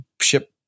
ship